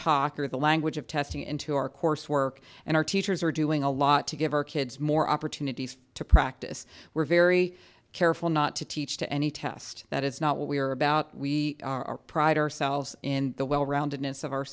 takhar the language of testing into our coursework and our teachers are doing a lot to give our kids more opportunities to practice we're very careful not to teach to any test that is not what we are about we pride ourselves in the well rounded minutes of our